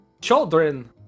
children